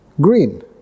Green